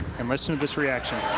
and listen to this reaction.